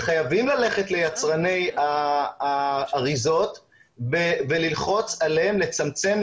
וחייבים ללכת ליצרני האריזות וללחוץ עליהם לצמצם,